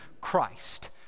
Christ